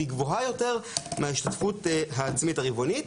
והיא גבוהה יותר מההשתתפות העצמית הרבעונית.